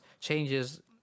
changes